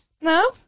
No